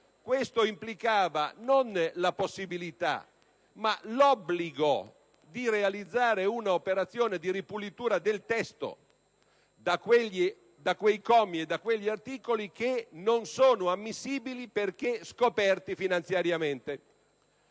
Questo implicava non la possibilità, ma l'obbligo di realizzare un'operazione di ripulitura del testo da quei commi e da quegli articoli che non sono ammissibili perché scoperti finanziariamente.